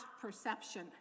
perception